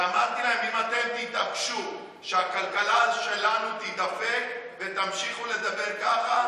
אמרתי להם: אם אתם תתעקשו שהכלכלה שלנו תידפק ותמשיכו לדבר ככה,